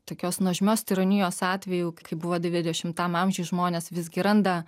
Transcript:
tokios nuožmios tironijos atveju kai buvo dvidešimtam amžiuj žmonės visgi randa